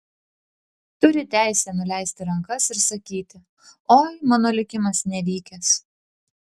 turi teisę nuleisti rankas ir sakyti oi mano likimas nevykęs